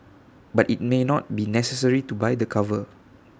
but IT may not be necessary to buy the cover